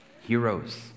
heroes